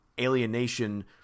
alienation